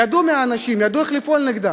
ידעו מי האנשים, ידעו איך לפעול נגדם.